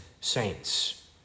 saints